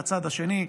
מהצד השני,